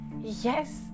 Yes